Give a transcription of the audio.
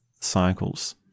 cycles